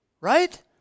Right